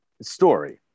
story